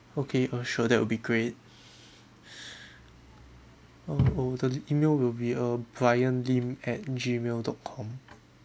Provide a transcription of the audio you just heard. okay uh sure that will be great uh oh the email will be uh bryan lim at gmail dot com